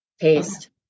paste